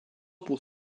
pour